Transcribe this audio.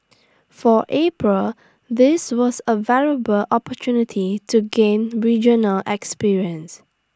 for April this was A valuable opportunity to gain regional experience